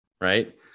right